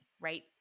right